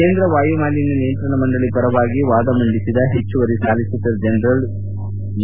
ಕೇಂದ್ರ ವಾಯು ಮಾಲಿನ್ಯ ನಿಯಂತ್ರಣ ಮಂಡಳಿ ಪರವಾಗಿ ವಾದ ಮಂಡಿಸಿದ ಹೆಚ್ಚುವರಿ ಸಾಲಿಸಿಟರ್ ಜನರಲ್ ಎ